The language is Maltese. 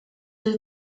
lil